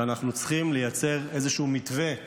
ואנחנו צריכים לייצר איזשהו מתווה,